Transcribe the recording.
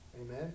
Amen